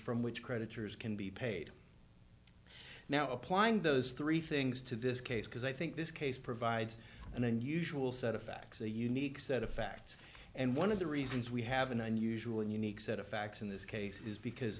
from which creditors can be paid now applying those three things to this case because i think this case provides an unusual set of facts a unique set of facts and one of the reasons we have an unusual and unique set of facts in this case is because